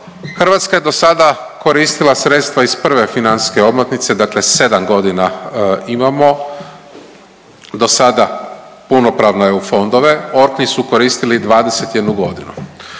Hrvatska je do sada koristila sredstva iz prve financijske omotnice, dakle sedam godina imamo do sada punopravne EU fondove, …/Govornik se ne